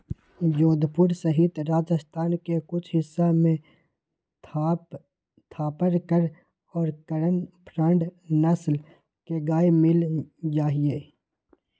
जोधपुर सहित राजस्थान के कुछ हिस्सा में थापरकर और करन फ्राइ नस्ल के गाय मील जाहई